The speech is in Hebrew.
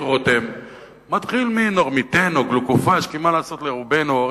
רותם מתחיל מ"נורמיטן" או "גלוקופאז'",